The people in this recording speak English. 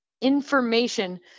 information